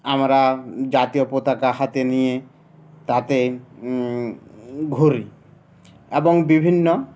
আমরা জাতীয় পতাক হাতে নিয়ে তাতে ঘুরি এবং বিভিন্ন